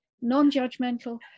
non-judgmental